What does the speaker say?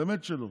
באמת שלא,